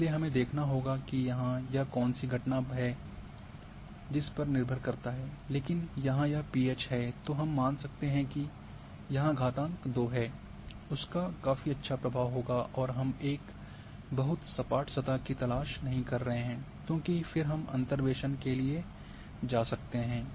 इसलिए हमें देखना होगा कि यहाँ यह कौन सी घटना है पर निर्भर करता है जैसे यहां यह पीएच है तो हम मान सकते हैं कि यहाँ घातांक दो है उसका काफी अच्छा प्रभाव होगा और हम एक बहुत सपाट सतह की तलाश नहीं कर रहे हैं क्योंकि फिर हम अंतर्वेसन के लिए जा सकते हैं